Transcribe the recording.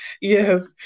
Yes